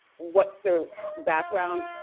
what's their background?